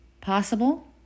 possible